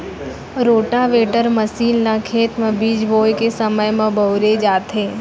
rotavator machine ल खेत म बीज बोए के समे म बउरे जाथे